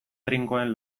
trinkoen